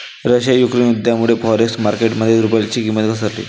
Russia Ukraine युद्धामुळे forex market मध्ये रुबलची किंमत घसरली